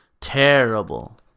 Terrible